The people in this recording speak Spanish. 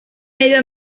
medio